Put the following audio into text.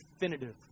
definitive